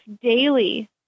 daily